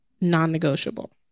Non-negotiable